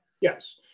Yes